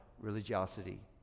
religiosity